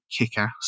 Kickass